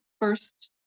first